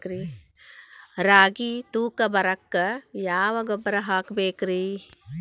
ರಾಗಿ ತೂಕ ಬರಕ್ಕ ಯಾವ ಗೊಬ್ಬರ ಹಾಕಬೇಕ್ರಿ?